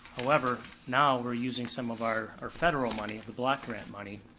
however, now we're using some of our our federal money, the block grant money,